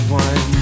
one